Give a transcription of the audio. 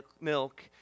milk